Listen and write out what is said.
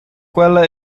quella